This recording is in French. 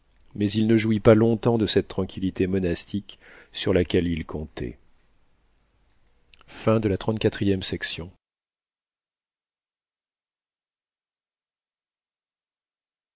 mais il ne jouit pas long-temps de cette tranquillité monastique sur laquelle il comptait